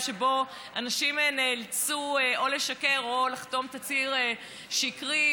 שבו אנשים נאלצו לשקר או לחתום תצהיר שקרי,